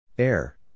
Air